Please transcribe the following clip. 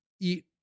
eat